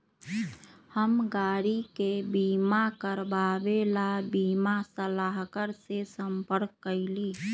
हम गाड़ी के बीमा करवावे ला बीमा सलाहकर से संपर्क कइली